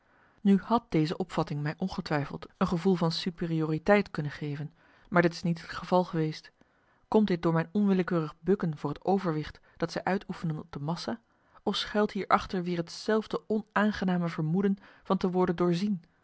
nu had deze opvatting mij ongetwijfeld een gevoel van superioriteit kunnen geven maar dit is niet het geval geweest komt dit door mijn onwillekeurig bukken voor het overwicht dat zij uitoefenen op de massa of schuilt hier achter weer hetzelfde onaangename vermoeden van te worden doorzien